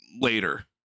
later